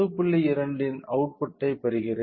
2 இன் அவுட்புட்டைப் பெறுகிறேன்